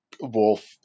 Wolf